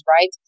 right